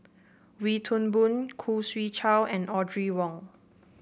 Wee Toon Boon Khoo Swee Chiow and Audrey Wong